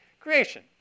creation